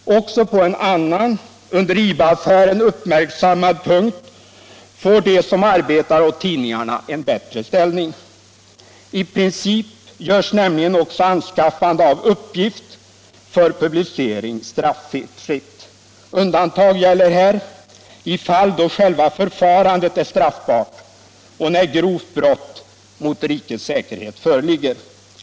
Också på en annan under IB-affären uppmärksammad punkt får de som arbetar åt tidningarna en bättre ställning. I princip görs nämligen också anskaffande av uppgift för publicering straffritt. Undantag finns här i sådana fall då själva förfarandet är straffbart och när grovt brott mot rikets säkerhet föreligger.